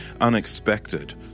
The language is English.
unexpected